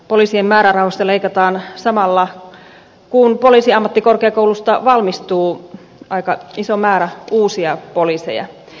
poliisien määrärahoista leikataan samalla kun poliisiammattikorkeakoulusta valmistuu aika iso määrä uusia poliiseja